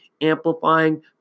amplifying